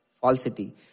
Falsity